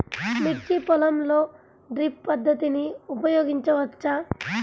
మిర్చి పొలంలో డ్రిప్ పద్ధతిని ఉపయోగించవచ్చా?